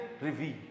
reveal